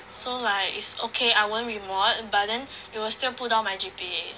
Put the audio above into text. so like is okay I won't re-mod but then it will still pull down my G_P_A